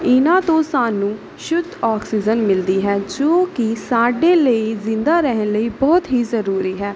ਇਹਨਾਂ ਤੋਂ ਸਾਨੂੰ ਸ਼ੁੱਧ ਆਕਸੀਜਨ ਮਿਲਦੀ ਹੈ ਜੋ ਕਿ ਸਾਡੇ ਲਈ ਜ਼ਿੰਦਾ ਰਹਿਣ ਲਈ ਬਹੁਤ ਹੀ ਜ਼ਰੂਰੀ ਹੈ